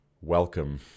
Welcome